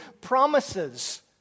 promises